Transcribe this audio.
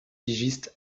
pigiste